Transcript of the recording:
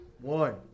One